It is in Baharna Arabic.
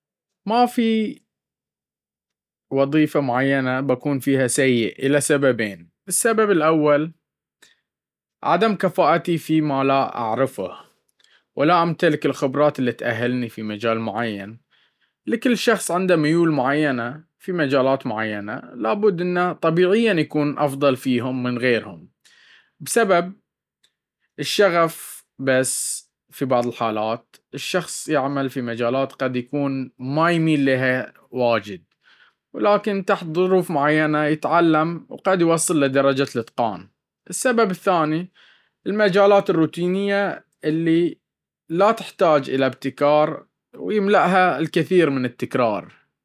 ما في وظيفة معينة بكون فيها سيء الى سببين السبب الأول: عدم كفائتي في ما أعرفه ولا أمتلك الخبرات الي تأهلني في مجال معين, لكل شخص عنده ميول معينة في مجالات معينة لا بد انه طبيعيا يكون أفضل فيهم من غيرهم بسبب الشغف بس في بعض الحلات الشخص يعمل في مجالات قد يكون ما يميل ليها واجد ولكن تحت ظروف معينة يتعلم وقد يوصل لدرجة الإتقان. السبب الثاني: المجالات الروتينية اللي لا تحتاج الى إبتكار ويملأها الكثير من التكرار.